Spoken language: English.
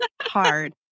hard